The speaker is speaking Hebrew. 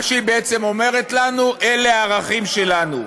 מה שהיא בעצם אומרת לנו זה: אלה הערכים שלנו.